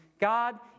God